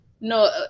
no –